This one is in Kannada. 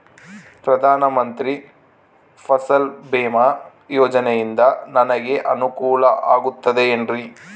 ಪ್ರಧಾನ ಮಂತ್ರಿ ಫಸಲ್ ಭೇಮಾ ಯೋಜನೆಯಿಂದ ನನಗೆ ಅನುಕೂಲ ಆಗುತ್ತದೆ ಎನ್ರಿ?